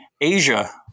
Asia